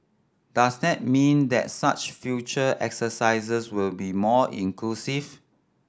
does that mean that such future exercises will be more inclusive